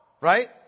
right